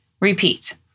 Repeat